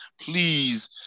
please